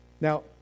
now